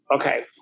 Okay